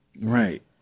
Right